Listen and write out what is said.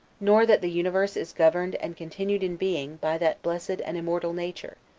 nor that the universe is governed and continued in being by that blessed and immortal nature,